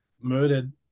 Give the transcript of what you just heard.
murdered